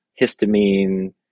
histamine